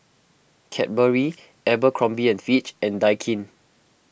Cadbury Abercrombie and Fitch and Daikin